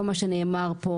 כל מה שנאמר פה,